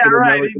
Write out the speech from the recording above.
right